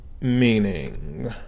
meaning